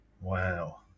Wow